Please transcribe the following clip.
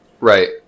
right